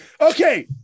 Okay